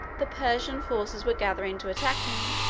the persian forces were gathering to attack him,